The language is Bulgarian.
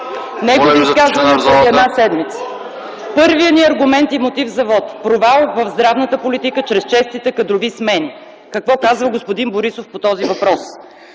Негови изказвания преди една седмица. Първият ни аргумент и мотив за вот: провал в здравната политика чрез честите кадрови смени. Какво казва господин Борисов по този въпрос: